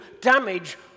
damage